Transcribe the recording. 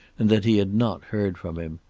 and that he had not heard from him.